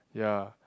ya